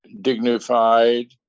dignified